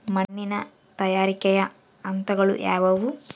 ಮಣ್ಣಿನ ತಯಾರಿಕೆಯ ಹಂತಗಳು ಯಾವುವು?